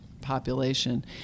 population